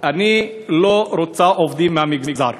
אני לא רוצה עובדים מהמגזר.